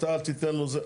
אתה תיתן לו זה.